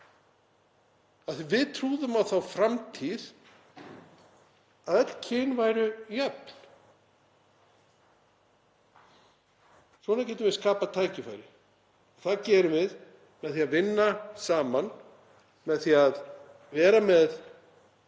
að við trúðum á þá framtíð að öll kyn væru jöfn. Svona getum við skapað tækifæri og það gerum við með því að vinna saman, með því að vera með